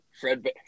Fred